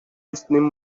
listening